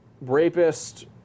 rapist